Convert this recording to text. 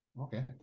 Okay